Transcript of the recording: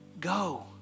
Go